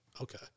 Okay